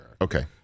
okay